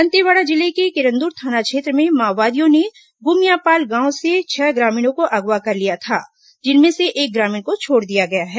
दंतेवाड़ा जिले के किरंदुल थाना क्षेत्र में माओवादियों ने गुमियापाल गांव से छह ग्रामीणों को अगवा कर लिया था जिनमें से एक ग्रामीण को छोड़ दिया गया है